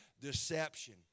Deception